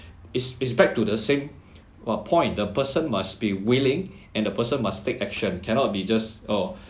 it's it's back to the same well point the person must be willing and the person must take action cannot be just oh